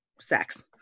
Sex